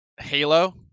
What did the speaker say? Halo